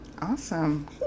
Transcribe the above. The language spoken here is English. Awesome